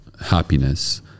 happiness